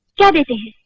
daddy